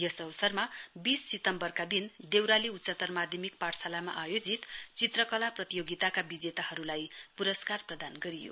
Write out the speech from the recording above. यस अवसरमा वीस सितम्वरका दिन देउराली उच्चतर माध्यमिक पाठशालामा आयोजित चित्रकला प्रतियोगिताका विजेताहरुलाई पुरस्कार प्रदान गरियो